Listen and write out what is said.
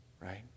Right